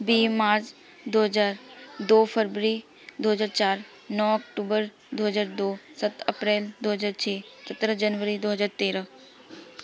ਵੀਹ ਮਾਰਚ ਦੋ ਹਜ਼ਾਰ ਦੋ ਫਰਵਰੀ ਦੋ ਹਜ਼ਾਰ ਚਾਰ ਨੌ ਅਕਟੂਬਰ ਦੋ ਹਜ਼ਾਰ ਦੋ ਸੱਤ ਅਪ੍ਰੈਲ ਦੋ ਹਜ਼ਾਰ ਛੇ ਸਤਾਰਾਂ ਜਨਵਰੀ ਦੋ ਹਜ਼ਾਰ ਤੇਰ੍ਹਾਂ